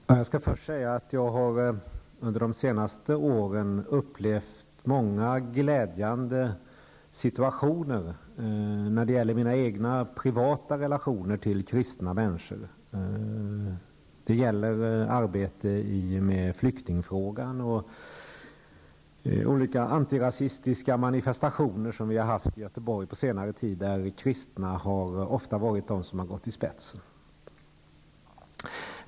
Herr talman! jag skall först säga att jag under de senaste åren har upplevt många glädjande situationer i mina egna privata relationer till kristna människor. Det gäller arbete med flyktingfrågan och olika antirasistiska manifestationer som vi har genomfört i Göteborg på senare tid, där kristna människor ofta har varit de som gått i spetsen.